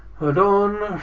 hold on.